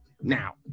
now